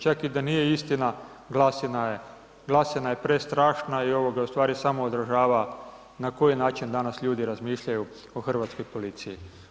Čak i da nije istina, glasina je prestrašna i ovo ustvari samo održava na koji način danas ljudi razmišljaju o hrvatskoj policiji.